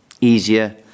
easier